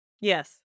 Yes